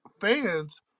fans